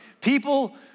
people